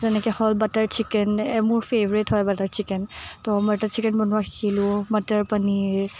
যেনেকৈ হ'ল butter chicken এহ মোৰ ফেভৰেট হয় বাটাৰ চিকেন ত' বাটাৰ চিকেন বনোৱা শিকিলোঁ মটৰ পনীৰ